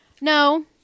No